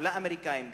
וגם לאמריקנים,